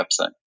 website